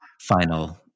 final